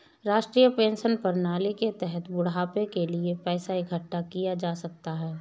राष्ट्रीय पेंशन प्रणाली के तहत बुढ़ापे के लिए पैसा इकठ्ठा किया जा सकता है